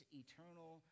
eternal